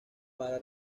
para